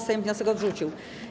Sejm wniosek odrzucił.